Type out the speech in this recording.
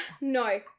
no